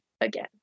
again